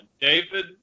David